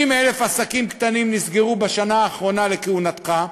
60,000 עסקים קטנים נסגרו בשנה האחרונה לכהונתך,